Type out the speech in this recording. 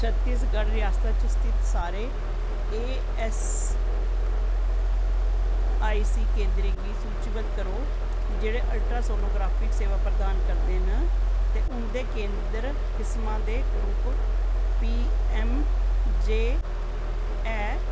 छत्तीसगढ रियासता च स्थित सारे ईऐस्सआईसी केंद्रें गी सूचीबद्ध करो जेह्ड़े अल्ट्रासोनोग्राफी सेवां प्रदान करदे न ते उं'दे केंद्र किस्मां दे रूप पीऐम्मजे ऐ